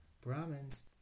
Brahmins